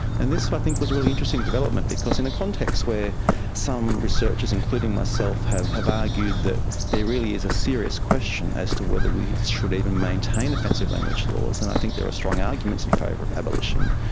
and this i think was a really interesting development, because in a context where some researchers, including myself, have have argued that there really is a serious question as to whether we should even maintain offensive language laws, and i think there are strong arguments in favour of abolition,